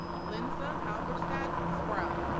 lynza halberstadt sprowl